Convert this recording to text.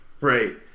right